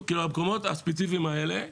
המקומות הספציפיים האלה,